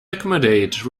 accommodate